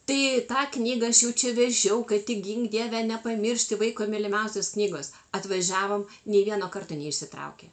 tai tą knygą aš jau čia vežiau kad tik gink dieve nepamiršti vaiko mylimiausios knygos atvažiavom nei vieno karto neišsitraukė